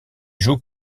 joue